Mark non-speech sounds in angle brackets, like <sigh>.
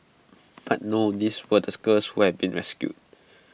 <noise> but no these were the girls where been rescued